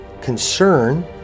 concern